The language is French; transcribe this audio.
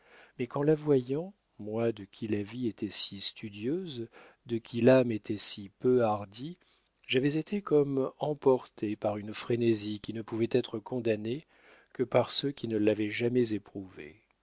mais qu'en la voyant moi de qui la vie était si studieuse de qui l'âme était si peu hardie j'avais été comme emporté par une frénésie qui ne pouvait être condamnée que par ceux qui ne l'avaient jamais éprouvée